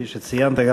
כפי שציינת,